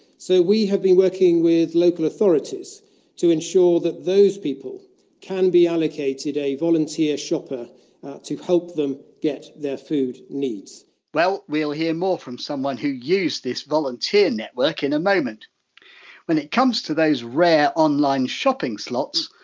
so, we have been working with local authorities to ensure that those people can be allocated a volunteer shopper to help them get their food needs well, we'll hear more from someone who used this volunteer network in a moment when it comes to those rare online shopping slots,